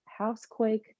Housequake